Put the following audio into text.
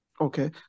Okay